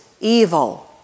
evil